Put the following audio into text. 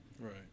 Right